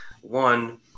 one